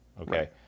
Okay